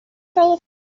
telephone